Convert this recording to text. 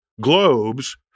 globes